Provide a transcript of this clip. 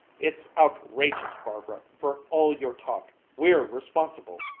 it's outrageous, barbara, for all your talk! we're responsible!